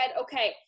okay